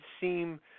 seem